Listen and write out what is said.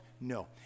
No